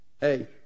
Hey